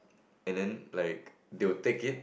and then like they will take it